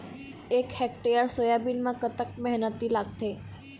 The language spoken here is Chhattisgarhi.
एक हेक्टेयर सोयाबीन म कतक मेहनती लागथे?